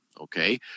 Okay